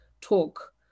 talk